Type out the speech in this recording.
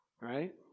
right